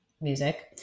music